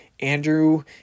Andrew